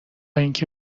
اینکه